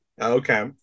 okay